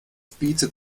bietet